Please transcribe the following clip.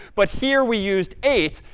but here we used eight,